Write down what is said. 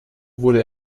wurde